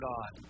God